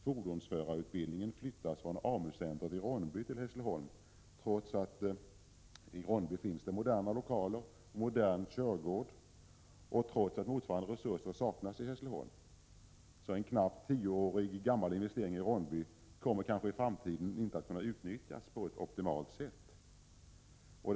Fordonsförar utbildningen avses nämligen bli flyttad från AMU-centret i Ronneby till Hässleholm, trots att det i Ronneby finns moderna och ändamålsenliga lokaler och modern körgård och trots att motsvarande resurser saknas i Hässleholm. En knappt tio år gammal investeringi Ronneby kommer kanske inte att kunna utnyttjas på ett optimalt sätt i framtiden.